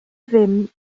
ddim